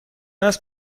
است